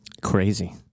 Crazy